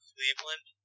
Cleveland